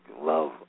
love